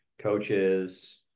coaches